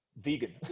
vegan